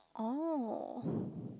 oh